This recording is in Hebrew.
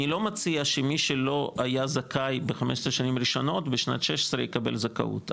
אני לא מציע שמי שלא היה זכאי ב-15 שנים הראשונות בשנה ה-16 יקבל זכאות,